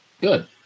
Good